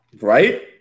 Right